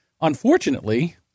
unfortunately